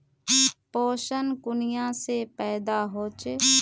पोषण कुनियाँ से पैदा होचे?